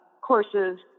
courses